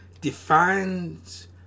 defines